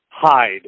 hide